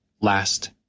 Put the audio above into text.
last